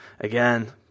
Again